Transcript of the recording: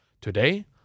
today